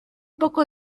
poco